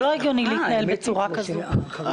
זה לא הגיוני להתנהל בצורה כזאת,